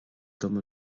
dom